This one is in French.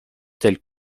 telles